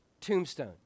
tombstone